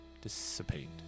dissipate